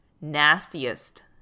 nastiest